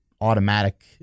automatic